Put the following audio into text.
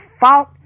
fault